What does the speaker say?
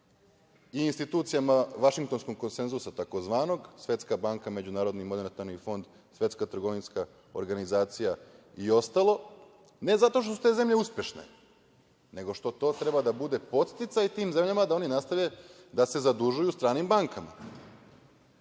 i institucijama tzv. vašingtonskog konsenzusa, Svetska banka, MMF, Svetska trgovinska organizacija i ostalo, ne zato što su te zemlje uspešne, nego što treba da bude podsticaj tim zemljama da oni nastave da se zadužuju stranim bankama,